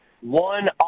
one